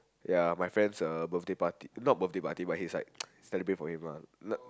ya my friends uh birthday party not birthday part but he's like celebrate for him ah